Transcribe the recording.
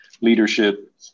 leadership